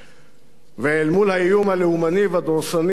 ואל מול האיום הלאומני והדורסני יש